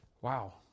Wow